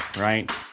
right